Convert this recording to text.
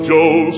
Joe